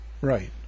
right